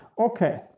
Okay